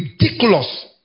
ridiculous